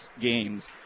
games